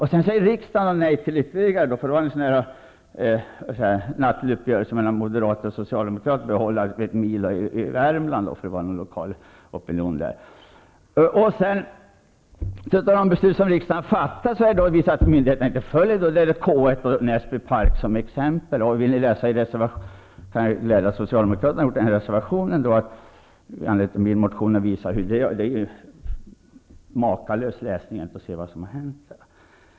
Därpå säger riksdagen nej på ytterligare några punkter. Det var ju så att säga en nattlig uppgörelse mellan moderater och socialdemokrater. Det handlade om att behålla ett milo i Värmland, där det fanns en lokal opinion. Riksdagen fattar beslut. Men myndigheter följer inte alltid fattade beslut. Jag vill som exempel nämna K 1 och Näsbypark. Socialdemokraterna -- som jag kan glädja genom att nämna detta -- har en reservation i anledning av min motion. Egentligen är det en makalös läsning beträffande det som har hänt.